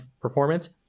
performance